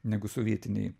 negu sovietinėj